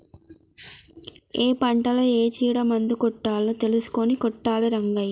ఏ పంటలో ఏ చీడ మందు కొట్టాలో తెలుసుకొని కొట్టాలి రంగయ్య